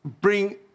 bring